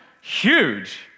huge